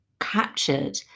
captured